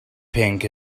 pink